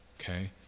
okay